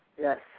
Yes